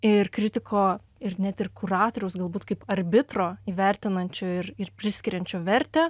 ir kritiko ir net ir kuratoriaus galbūt kaip arbitro įvertinančio ir ir priskiriančio vertę